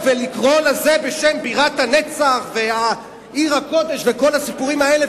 לקרוא לזה בשם "בירת הנצח" ו"עיר הקודש" וכל הסיפורים האלה,